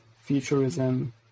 futurism